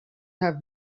have